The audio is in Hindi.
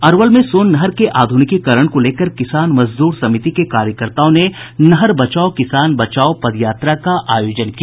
अरवल में सोन नहर के आधुनिकीकरण को लेकर किसान मजदूर समिति के कार्यकर्ताओं ने नहर बचाओ किसान बचाओ पदयात्रा का आयोजन किया